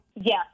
Yes